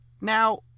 Now